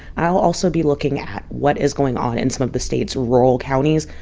i'll also be looking at what is going on in some of the state's rural counties.